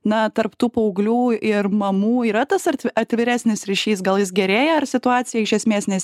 na tarp tų paauglių ir mamų yra tas artvi atviresnis ryšys gal jis gerėja ar situacija iš esmės nes